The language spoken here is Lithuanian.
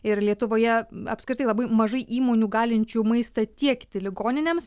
ir lietuvoje apskritai labai mažai įmonių galinčių maistą tiekti ligoninėms